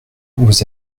vous